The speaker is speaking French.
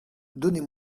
donnez